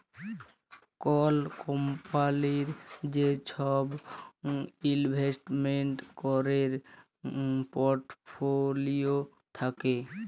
call কম্পলির যে সব ইলভেস্টমেন্ট ক্যরের পর্টফোলিও থাক্যে